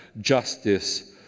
justice